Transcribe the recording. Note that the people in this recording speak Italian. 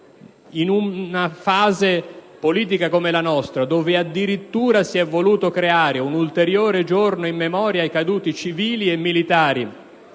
in una fase politica come la nostra, dove addirittura si è voluto creare un ulteriore giorno in memoria dei caduti civili e militari